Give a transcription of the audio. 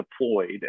deployed